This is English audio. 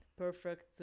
perfect